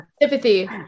sympathy